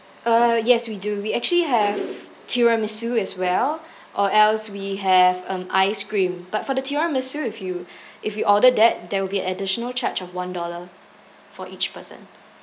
uh yes we do we actually have tiramisu as well or else we have um ice cream but for the tiramisu if you if you order that there will be additional charge of one dollar for each person